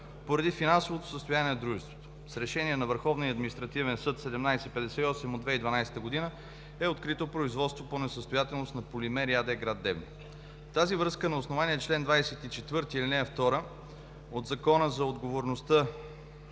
поради финансовото състояние на дружеството. С Решение на Върховния административен съд № 1758 от 2012 г., е открито производство по несъстоятелност на „Полимери“ АД – град Девня. В тази връзка на основание чл. 24, ал. 2 от Закона за отговорността